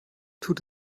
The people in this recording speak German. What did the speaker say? tut